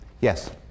Yes